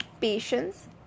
patience